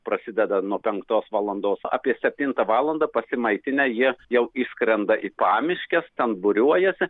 prasideda nuo penktos valandos apie septintą valandą pasimaitinę jie jau išskrenda į pamiškes ten būriuojasi